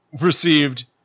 received